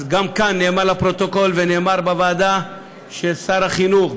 גם כאן נאמר לפרוטוקול ונאמר בוועדה ששר החינוך,